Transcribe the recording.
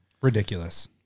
ridiculous